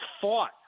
fought